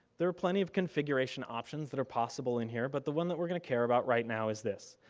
there are plenty of configuration options that are possible in here, but the one that were gonna care about right now is this,